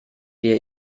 wir